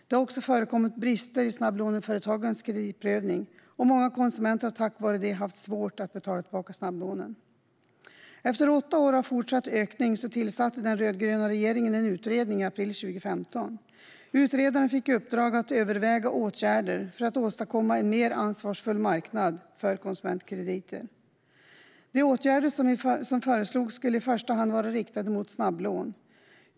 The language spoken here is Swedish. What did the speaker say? Det har också förekommit brister i snabblåneföretagens kreditprövning. Många konsumenter har på grund av det haft svårt att betala tillbaka snabblånen. Efter åtta år av fortsatt ökning tillsatte den rödgröna regeringen en utredning i april 2015. Utredaren fick i uppdrag att överväga åtgärder för att åstadkomma en mer ansvarsfull marknad för konsumentkrediter. De åtgärder som föreslogs skulle i första hand vara riktade mot snabblån.